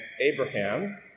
Abraham